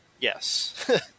Yes